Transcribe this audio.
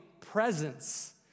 presence